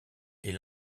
est